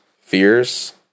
fears